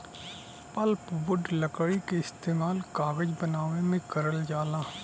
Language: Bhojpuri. पल्पवुड लकड़ी क इस्तेमाल कागज बनावे में करल जाला